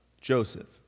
Joseph